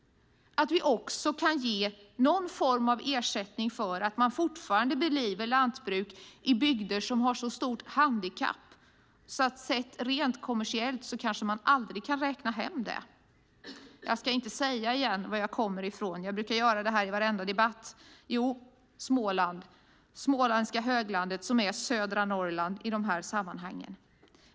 Vi ska också kunna ge någon form av ersättning för att det fortfarande bedrivs lantbruk i bygder som har så stort handikapp att de, sett rent kommersiellt, kanske aldrig kan räkna hem det hela. Jag ska inte säga varifrån jag kommer. Jag brukar göra det i varenda debatt. Jo, jag säger det - Småland, småländska höglandet, som är södra Norrland i dessa sammanhang.